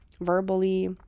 verbally